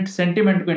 sentiment